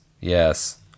yes